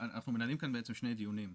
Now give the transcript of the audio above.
אנחנו מנהלים כאן בעצם שני דיונים,